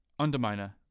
Underminer